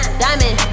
diamond